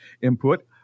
input